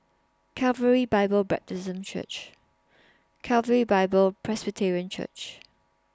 Calvary Bible Presbyterian Church Calvary Bible Presterian Church